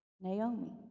Naomi